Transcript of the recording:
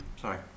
Sorry